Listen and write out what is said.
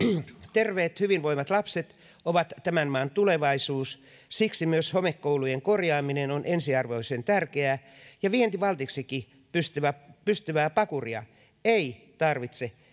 terveet hyvinvoivat lapset ovat tämän maan tulevaisuus siksi myös homekoulujen korjaaminen on ensiarvoisen tärkeää ja vientivaltiksikin pystyvää pystyvää pakuria ei tarvitse